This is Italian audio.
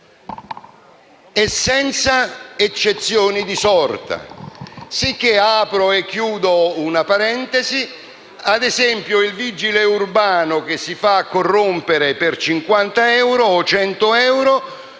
e senza eccezioni di sorta.